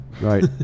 Right